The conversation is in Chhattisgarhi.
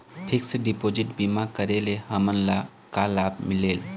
फिक्स डिपोजिट बीमा करे ले हमनला का लाभ मिलेल?